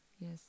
yes